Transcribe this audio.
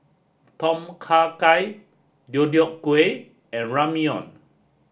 Tom Kha Gai Deodeok Gui and Ramyeon